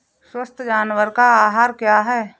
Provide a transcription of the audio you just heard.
स्वस्थ जानवर का आहार क्या है?